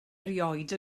erioed